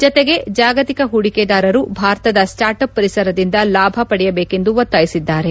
ಜತೆಗೆ ಜಾಗತಿಕ ಹೂಡಿಕೆದಾರರು ಭಾರತದ ಸ್ವಾರ್ಟ ಅಪ್ ಪರಿಸರದಿಂದ ಲಾಭ ಪಡೆಯಬೇಕೆಂದು ಒತ್ತಾಯಿಸಿದ್ದಾರೆ